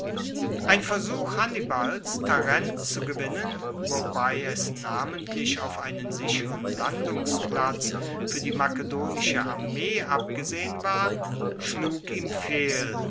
ein versuch hannibals tarent zu gewinnen wobei es namentlich auf einen sicheren landungsplatz fuer die makedonische armee abgesehen war schlug ihm fehl